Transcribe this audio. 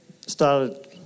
started